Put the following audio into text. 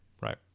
right